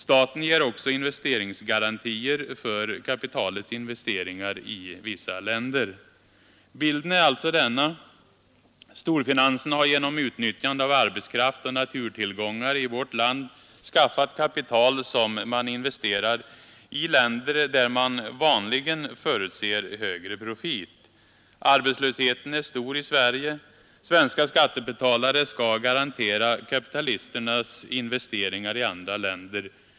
Staten ger också investeringsgarantier för kapitalets investeringar i vissa länder. Bilden är alltså denna: Storfinansen har genom utnyttjande av arbetskraft och naturtillgångar i vårt land skaffat kapital som man investerar i länder där man vanligen förutser högre profit. Arbetslösheten är stor i Sverige. Svenska skattebetalare skall garantera kapitalisternas investeringar i andra länder.